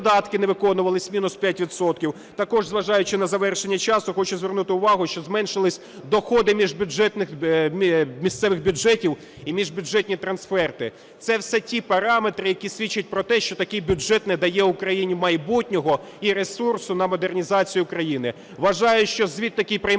Видатки не виконувались – мінус 5 відсотків. Також зважаючи на завершення часу, хочу звернути увагу, що зменшились доходи місцевих бюджетів і міжбюджетні трансферти. Це все ті параметри, які свідчать про те, що такий бюджет не дає Україні майбутнього і ресурсу на модернізацію України. Вважаю, що звіт такий приймати